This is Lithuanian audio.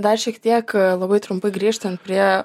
dar šiek tiek labai trumpai grįžtant prie